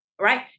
right